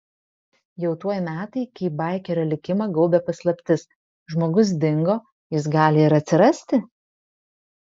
jau tuoj metai kai baikerio likimą gaubia paslaptis žmogus dingo jis gali ir atsirasti